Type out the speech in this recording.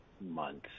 months